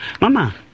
Mama